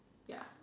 ya